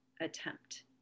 attempt